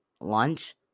Lunch